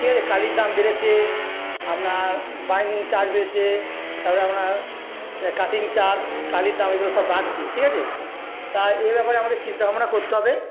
ঠিক আছে কালির দাম বেড়েছে আপনার বাইন্ডিং চার্জ বেড়েছে তারপরে আপনার কাটিং চার্জ কালির দাম এগুলো সব বাড়ছে ঠিক আছে তা এই ব্যাপারে আমাদের চিন্তাভাবনা করতে হবে